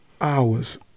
hours